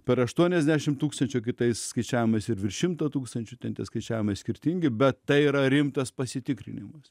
per aštuoniasdešim tūkstančių kitais skaičiavimais ir virš šimto tūkstančių ten tie skaičiavimai skirtingi bet tai yra rimtas pasitikrinimas